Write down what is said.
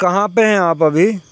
کہاں پہ ہیں آپ ابھی